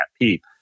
peep